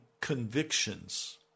convictions